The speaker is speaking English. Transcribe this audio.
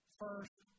first